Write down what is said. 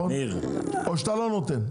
או שאתה לא נותן?